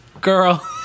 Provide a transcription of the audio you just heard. girl